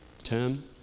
Term